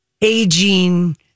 aging